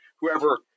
whoever